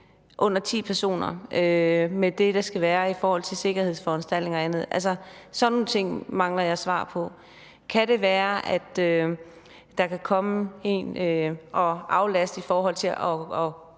under 10 personer, med det, der skal være i forhold til sikkerhedsforanstaltninger og andet? Sådan nogle ting mangler jeg et svar på. Kan det være, at der kan komme en og aflaste i forhold til at